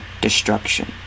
destruction